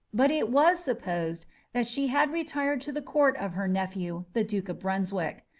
but it was supposed that she had retired to the court of her nephew, the duke of brunswick.